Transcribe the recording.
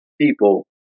people